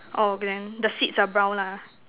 oh then the seats are brown lah